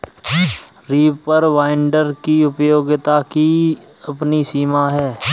reaper binder की उपयोगिता की अपनी सीमा है